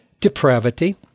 depravity